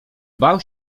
bał